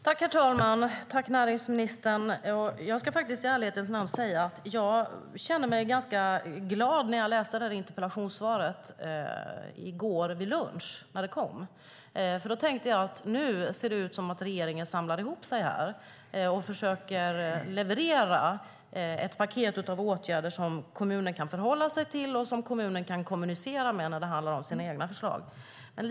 Herr talman! Tack, näringsministern! Jag ska i ärlighetens namn säga att jag kände mig ganska glad när jag läste interpellationssvaret i går vid lunch, när det kom. Då tänkte jag nämligen att det nu ser ut som att regeringen samlar ihop sig och försöker leverera ett paket av åtgärder som kommunen kan förhålla sig till och kommunicera med när det handlar om de egna förslagen.